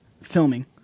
filming